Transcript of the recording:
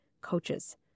coaches